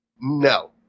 No